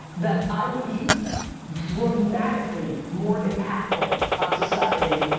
that i would be dramatically more impactful on society.